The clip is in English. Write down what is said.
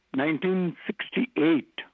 1968